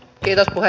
puheenjohtaja